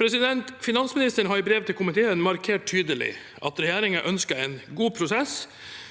forbrukes. Finansministeren har i brev til komiteen markert tydelig at regjeringen ønsker en god prosess